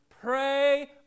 Pray